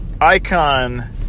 icon